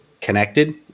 connected